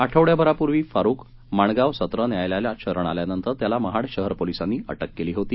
आठवडाभरापूर्वी फारूक माणगाव सत्र न्यायालयाला शरण आल्यानंतर त्याला महाड शहर पोलिसांनी अटक केली होती